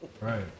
Right